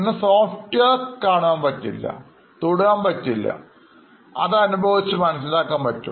എന്നാൽ സോഫ്റ്റ്വെയർ കാണുവാൻ പറ്റില്ല തൊടുവാൻ പറ്റില്ലഅത് അനുഭവിച്ച് മനസ്സിലാക്കാൻ പറ്റും